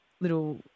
little